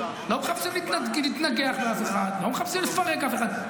לא מחפשים להתנגח באף אחד, לא מחפשים לפרק אף אחד.